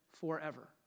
forever